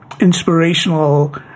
inspirational